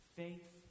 faith